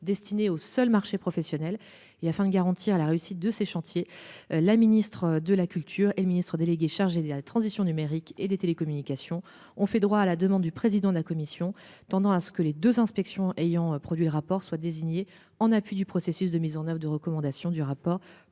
destiné au seul marché professionnel et afin de garantir la réussite de ces chantiers. La ministre de la culture et le Ministre délégué chargé de la transition numérique et des télécommunications ont fait droit à la demande du président de la commission tendant à ce que les 2 inspections ayant produit rapport soit désigné en appui du processus de mise en oeuvre de recommandations du rapport